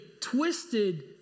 twisted